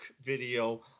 video